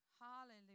Hallelujah